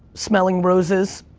smelling roses,